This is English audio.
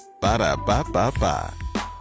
Ba-da-ba-ba-ba